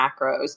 macros